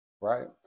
right